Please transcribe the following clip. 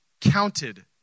counted